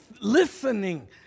listening